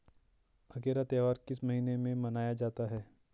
अगेरा त्योहार किस महीने में मनाया जाता है?